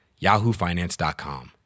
yahoofinance.com